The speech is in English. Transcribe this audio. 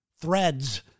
threads